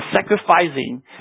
sacrificing